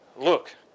Look